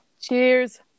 cheers